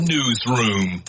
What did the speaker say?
Newsroom